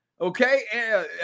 okay